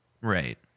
Right